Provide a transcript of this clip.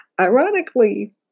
Ironically